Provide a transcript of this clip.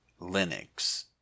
Linux